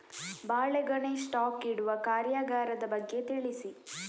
ಬಾಳೆಗೊನೆ ಸ್ಟಾಕ್ ಇಡುವ ಕಾರ್ಯಗಾರದ ಬಗ್ಗೆ ತಿಳಿಸಿ